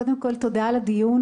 קודם כל, תודה על הדיון.